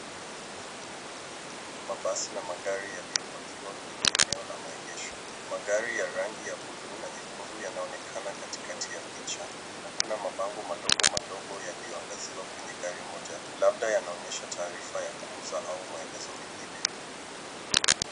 Mabasi na magari yaliyopakiwa kwenye eneo la maegesho, Magari ya rangi ya buluu na nyekundu yanaonekana katika picha, na kuna mabango madogo madogo yalio angaziwa kwenye gari moja .Labda yanaonyesha taarifa ya kuuza au maelezo mengine .